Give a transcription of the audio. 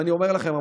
ואני אומר לכם,